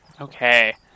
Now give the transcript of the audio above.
Okay